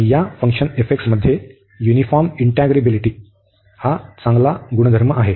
आणि या फंक्शन मध्ये युनिफॉर्म इंटिग्रॅबिलिटी हा चांगला गुणधर्म आहे